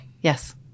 Yes